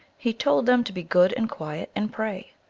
he told them to be good and quiet, and pray.